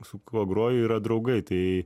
su kuo groju yra draugai tai